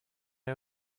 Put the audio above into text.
out